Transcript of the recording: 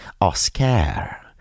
Oscar